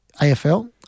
AFL